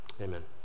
amen